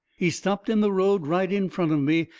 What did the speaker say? he stopped in the road right in front of me,